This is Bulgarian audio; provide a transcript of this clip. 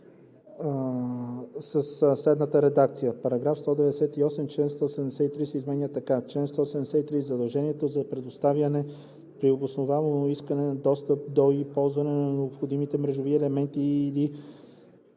следната редакция за § 198: „§ 198. Член 173 се изменя така: „Чл. 173. Задължението за предоставяне при обосновано искане на достъп до и ползване на необходими мрежови елементи